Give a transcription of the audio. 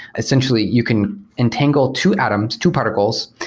essentially, you can entangle two atoms, two particles,